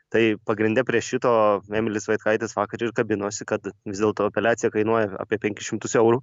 tai pagrinde prie šito emilis vaitkaitis vakar ir kabinosi kad vis dėlto apeliacija kainuoja apie penkis šimtus eurų